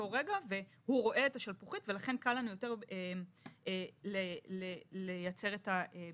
הוא רואה את השלפוחית ולכן קל לנו יותר לייצר את הבידוד.